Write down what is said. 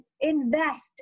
invest